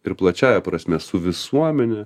ir plačiąja prasme su visuomene